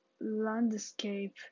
landscape